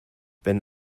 wenn